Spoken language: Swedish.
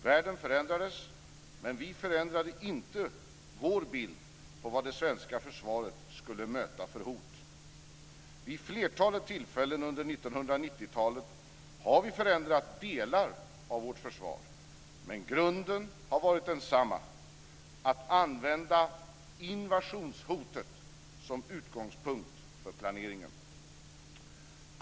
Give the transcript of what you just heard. Världen förändrades, men vi förändrade inte vår bild av vad det svenska försvaret skulle möta för hot. Vid flertalet tillfällen under 1990-talet har vi förändrat delar av vårt försvar, men grunden har varit densamma - att använda invasionshotet som utgångspunkt för planeringen.